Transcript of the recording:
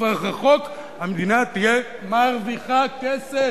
לטווח רחוק המדינה תהיה מרוויחה כסף.